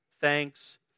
thanks